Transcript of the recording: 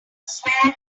swell